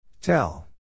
Tell